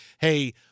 hey